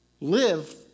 live